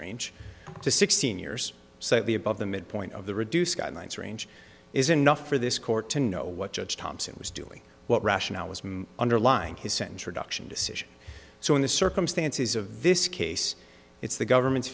range to sixteen years so the above the midpoint of the reduced guidelines range is enough for this court to know what judge thompson was doing what rationale was my underlying his censure duction decision so in the circumstances of this case it's the government's